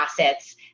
assets